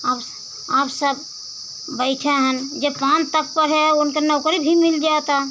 और आप सब बैठे हैं जे पान तत्पर हैं उनको नौकरी भी मिल जाती